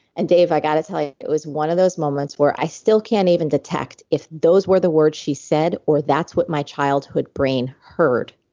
and dave, i've got to tell you, it was one of those moments where i still can't even detect if those were the words she said or that's what my childhood brain heard,